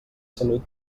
salut